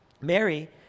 Mary